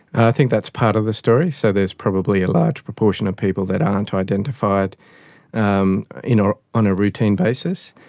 i think that's part of the story, so there's probably a large proportion of people that aren't identified um you know on a routine basis.